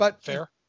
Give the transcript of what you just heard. fair